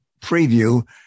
preview